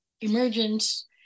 emergence